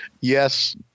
Yes